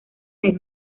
del